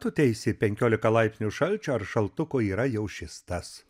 tu teisi penkiolika laipsnių šalčio ar šaltuko yra jau šis tas